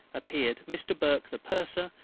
appeared. mr. burke the purser,